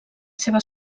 seva